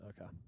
Okay